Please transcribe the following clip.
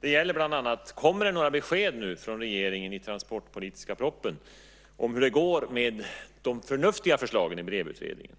Det gäller bland annat: Kommer det några besked nu från regeringen i den transportpolitiska propositionen om hur det går med de förnuftiga förslagen i Brevutredningen?